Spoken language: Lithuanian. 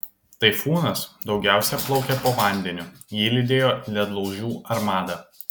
taifūnas daugiausia plaukė po vandeniu jį lydėjo ledlaužių armada